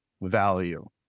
value